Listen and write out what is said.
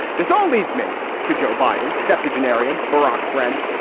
this all leads me to joe biden, septuagenarian barack friend.